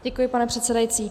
Děkuji, pane předsedající.